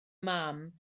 mam